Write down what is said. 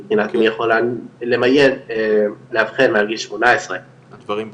מבחינת לאבחן מעל גיל 18. הדברים ברורים.